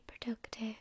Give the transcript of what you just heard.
productive